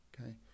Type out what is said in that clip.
okay